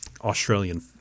Australian